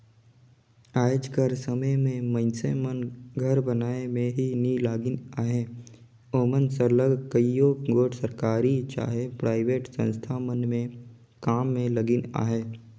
आएज कर समे में मइनसे मन घर बनई में ही नी लगिन अहें ओमन सरलग कइयो गोट सरकारी चहे पराइबेट संस्था मन में काम में लगिन अहें